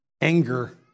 anger